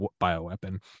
bioweapon